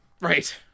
Right